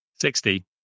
Sixty